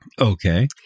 Okay